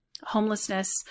homelessness